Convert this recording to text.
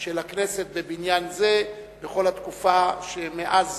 של הכנסת בבניין זה בכל התקופה שמאז